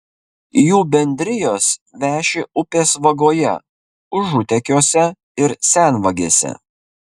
jų bendrijos veši upės vagoje užutekiuose ir senvagėse